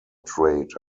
trade